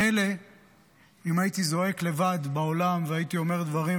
מילא אם הייתי זועק לבד בעולם והייתי אומר דברים,